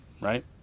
right